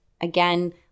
again